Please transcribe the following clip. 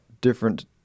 different